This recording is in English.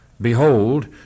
behold